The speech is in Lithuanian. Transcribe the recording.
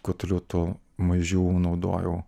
kuo toliau tuo mažiau naudojau